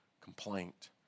complaint